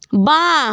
বাঁ